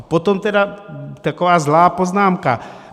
A potom tedy taková zlá poznámka.